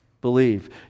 believe